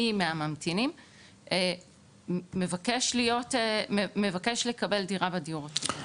מי מהממתינים מבקש לקבל דירה בדיור הציבורי.